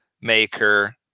Maker